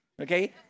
okay